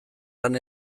lan